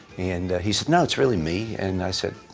and he said, no, it's really me. and i said,